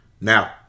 Now